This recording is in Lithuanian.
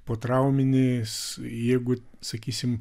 potrauminis jeigu sakysim